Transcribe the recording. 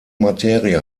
materie